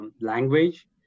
language